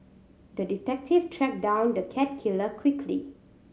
the detective tracked down the cat killer quickly